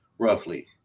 Roughly